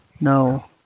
No